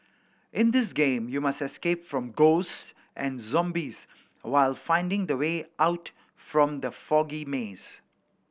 in this game you must escape from ghosts and zombies while finding the way out from the foggy maze